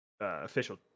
official